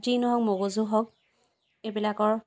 যি নহওক মগজু হওক এইবিলাকৰ